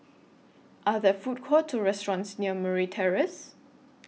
Are There Food Courts Or restaurants near Murray Terrace